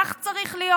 כך צריך להיות.